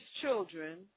children